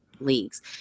Leagues